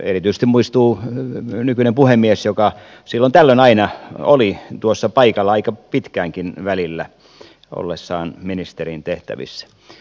erityisesti muistuu mieleen nykyinen puhemies joka silloin tällöin aina oli tuossa paikalla aika pitkäänkin välillä ollessaan ministerin tehtävissä